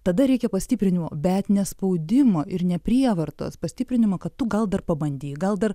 tada reikia pastiprinimo bet ne spaudimo ir ne prievartos pastiprinimo kad tu gal dar pabandyk gal dar